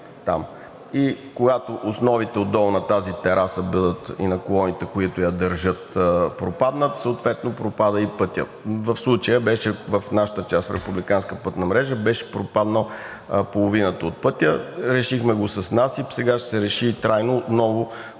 отдолу основите на тази тераса и на колоните, които я държат, пропаднат, съответно пропада и пътят. В случая беше в нашата част на републиканската пътна мрежа – беше пропаднал половината от пътя. Решихме го с насип. Сега ще се реши трайно отново